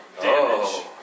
damage